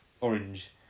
orange